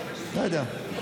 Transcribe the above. לא יודע.